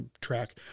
track